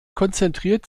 konzentriert